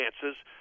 chances